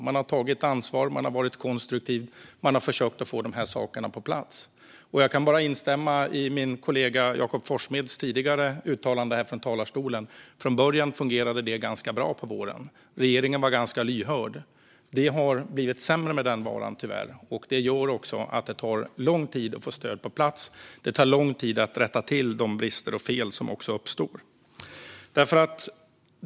De har tagit ansvar, de har varit konstruktiva och de har försökt att få de här sakerna på plats. Jag kan bara instämma i min kollega Jakob Forssmeds tidigare uttalande här från talarstolen. Från börjar fungerade det ganska bra på våren. Regeringen var ganska lyhörd. Det har tyvärr blivit sämre med den saken. Det gör att det tar lång tid att få stöd på plats och lång tid att rätta till de brister och fel som uppstår.